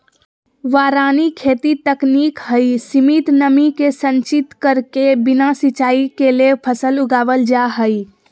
वारानी खेती तकनीक हई, सीमित नमी के संचित करके बिना सिंचाई कैले फसल उगावल जा हई